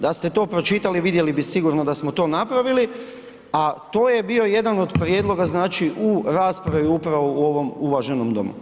Da ste to pročitali vidjeli bi sigurno da smo to napravili, a to je bio jedan od prijedloga znači u raspravi upravo u ovom uvaženom domu.